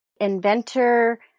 inventor